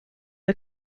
are